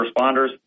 responders